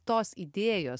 tos idėjos